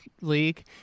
league